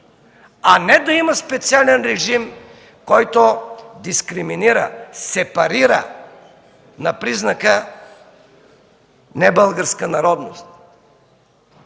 а не да има специален режим, който дискриминира, сепарира на признака „небългарска народност”.